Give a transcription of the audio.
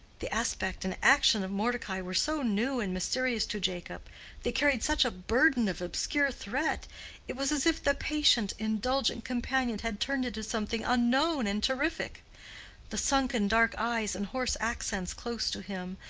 the aspect and action of mordecai were so new and mysterious to jacob they carried such a burden of obscure threat it was as if the patient, indulgent companion had turned into something unknown and terrific the sunken dark eyes and hoarse accents close to him,